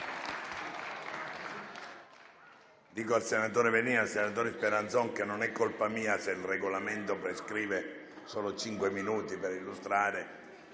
Dico al senatore Verini e al senatore Speranzon che non è colpa mia se il Regolamento prevede solo cinque minuti per illustrare